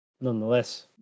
nonetheless